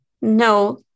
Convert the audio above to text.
no